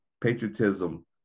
Patriotism